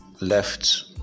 left